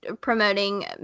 promoting